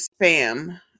spam